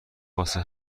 واسه